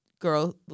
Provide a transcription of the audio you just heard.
Girl